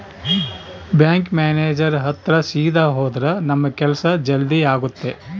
bank manager ಹತ್ರ ಸೀದಾ ಹೋದ್ರ ನಮ್ ಕೆಲ್ಸ ಜಲ್ದಿ ಆಗುತ್ತೆ